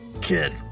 Kid